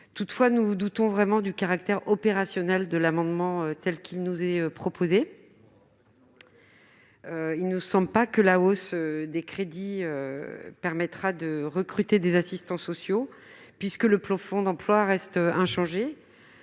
Toutefois, nous doutons du caractère opérationnel de l'amendement tel qu'il est rédigé ; il ne nous semble pas que la hausse des crédits permettrait de recruter des assistants sociaux, puisque le plafond d'emploi reste inchangé.